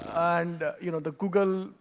and you know the google,